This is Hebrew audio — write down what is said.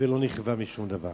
ולא נכווה משום דבר.